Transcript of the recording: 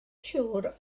siŵr